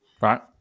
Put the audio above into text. right